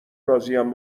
راضیم